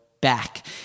back